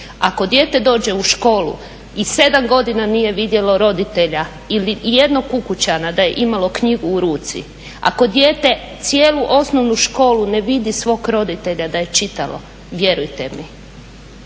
Ako dijete dođe u školu i 7 godina nije vidjelo roditelja ili ijednog ukućana da je imalo knjigu u ruci, ako dijete cijelu osnovnu školu ne vidi svog roditelja da je čitalo vjerujte mi